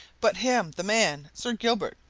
but him the man sir gilbert,